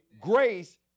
grace